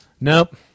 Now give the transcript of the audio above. nope